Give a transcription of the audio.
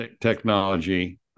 Technology